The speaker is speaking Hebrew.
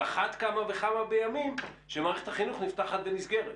על אחת כמה וכמה בימים שמערכת החינוך נפתחת ונסגרת.